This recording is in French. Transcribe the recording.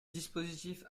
dispositif